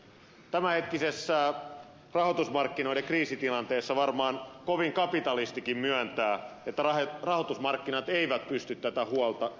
tämänhetkisessä rahoitusmarkkinoiden kriisitilanteessa varmaan kovin kapitalistikin myöntää että rahoitusmarkkinat eivät pysty tätä huolta hoitamaan